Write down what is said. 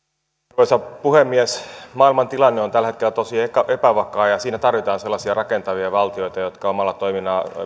arvoisa puhemies maailman tilanne on tällä hetkellä tosi epävakaa ja siinä tarvitaan sellaisia rakentavia valtioita jotka omalla toiminnallaan